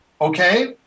okay